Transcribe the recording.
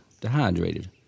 dehydrated